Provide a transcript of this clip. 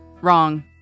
Wrong